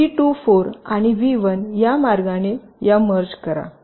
V 24 आणि V 1 या मार्गाने या मर्ज करा